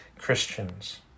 christians